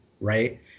right